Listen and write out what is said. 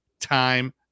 time